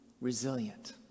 resilient